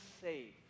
safe